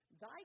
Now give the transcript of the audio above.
Thy